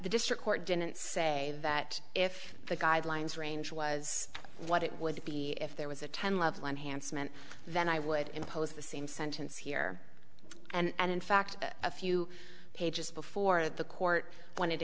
the district court didn't say that if the guidelines range was what it would be if there was a ten loved one handsome and then i would impose the same sentence here and in fact a few pages before the court when it